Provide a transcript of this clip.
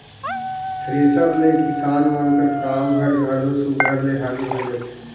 thresher ले किसान मन कर काम हर घलो सुग्घर ले हालु होए जाथे